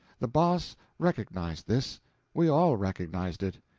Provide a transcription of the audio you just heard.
the boss recognized this we all recognized it.